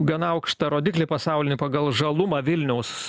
gana aukštą rodiklį pasaulinį pagal žalumą vilniaus